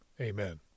amen